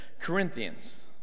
Corinthians